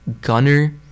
Gunner